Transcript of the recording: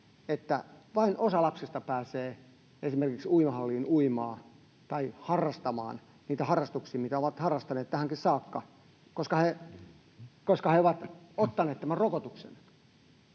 että vain osa lapsista pääsee esimerkiksi uimahalliin uimaan tai harrastamaan niitä harrastuksia, joita ovat harrastaneet tähänkin saakka, koska he ovat ottaneet tämän rokotuksen